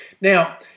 Now